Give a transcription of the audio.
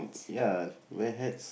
ya wear hats